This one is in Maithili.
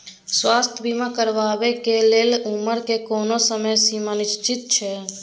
स्वास्थ्य बीमा करेवाक के लेल उमर के कोनो समय सीमा निश्चित छै?